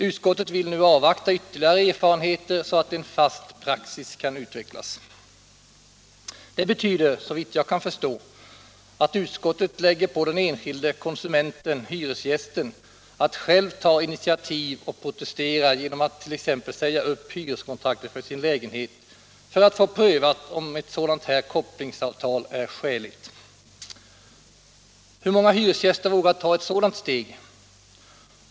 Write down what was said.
Utskottet vill nu avvakta ytterligare erfarenheter så att en fast praxis kan utvecklas. Det betyder såvitt jag kan förstå att utskottet lägger på den enskilde konsumenten, hyresgästen, att själv ta initiativ och protestera genom att t.ex. säga upp hyreskontraktet för sin lägenhet för att få prövat om ett sådant kopplingsavtal är skäligt. Hur många hyresgäster vågar ta ett sådant steg?